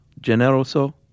Generoso